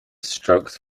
strokes